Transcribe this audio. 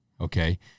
okay